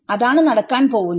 അതാണ് നടക്കാൻ പോവുന്നത്